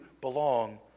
belong